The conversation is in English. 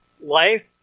life